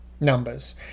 numbers